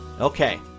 Okay